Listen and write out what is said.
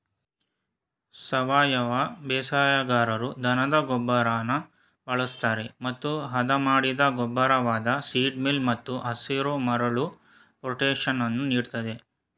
ಸಾವಯವ ಬೇಸಾಯಗಾರರು ದನದ ಗೊಬ್ಬರನ ಬಳಸ್ತರೆ ಮತ್ತು ಹದಮಾಡಿದ ಗೊಬ್ಬರವಾದ ಸೀಡ್ ಮೀಲ್ ಮತ್ತು ಹಸಿರುಮರಳು ಪೊಟ್ಯಾಷನ್ನು ನೀಡ್ತದೆ